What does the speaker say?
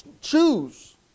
choose